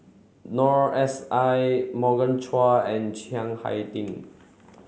Noor S I Morgan Chua and Chiang Hai Ding